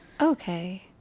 Okay